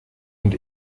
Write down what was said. und